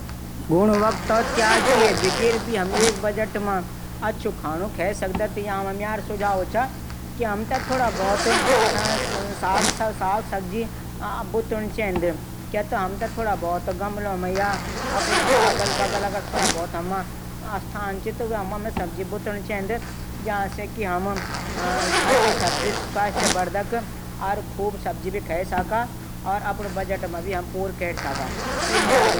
गुणवत्ता त्याग किये बिगेर भी हम बजट मा हम अछू खाणू खै सकदा वां मा म्यार सुझाव चा कि हमथै थुडा बहुत साग-सब्जी बुतुण चैंद क्या त हमथै थुडा बहुत अपडू गमलों मा हम साग सब्जी बुतणो स्थान च त बुतुण चैंद जां से कि हम अच्छी सब्जी स्वास्थ्यवर्धक खूब सब्जी भी खै साका और अपडू बजट मां भी पूरू कै साका